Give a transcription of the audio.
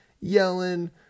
yelling